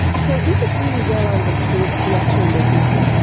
so is it really well understood, the actual mechanism?